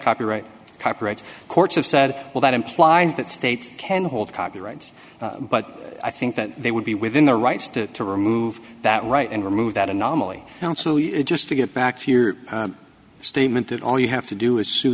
copyright copyright courts have said well that implies that states can hold copyrights but i think that they would be within their rights to remove that right and remove that anomaly just to get back to your statement that all you have to do is sue